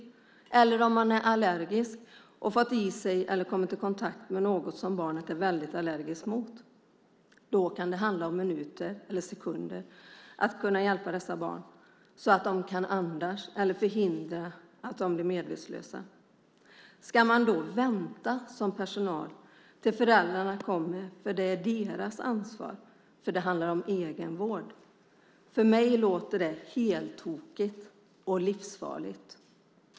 Vad händer om barnet är allergiskt och fått i sig eller kommit i kontakt med något som det är väldigt allergiskt mot? Då kan det handla om minuter eller sekunder för att kunna hjälpa barnet så att det kan andas eller förhindra att det blir medvetslöst. Ska man då som personal vänta tills föräldrarna kommer, för att det är deras ansvar och det handlar om egenvård? För mig låter det heltokigt och livsfarligt.